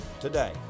today